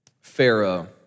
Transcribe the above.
Pharaoh